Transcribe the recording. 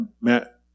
Matt